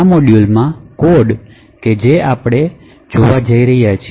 આ મોડ્યુલમાં કોડ કે જે આપડે આ પ્રસ્તુતિમાં છે તે જોવા જઈ રહ્યાં છે